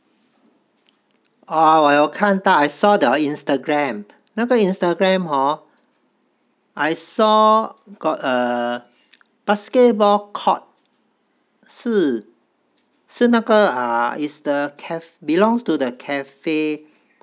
orh 我有看到 I saw the instagram 那个 instagram hor I saw got a basketball court 是是那个 ah belongs to the cafe